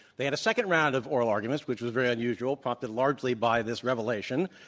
they had a second round of oral arguments, which was very unusual, prompted largely by this revelation.